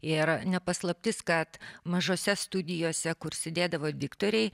ir ne paslaptis kad mažose studijose kur sėdėdavo diktoriai